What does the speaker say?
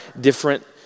different